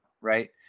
right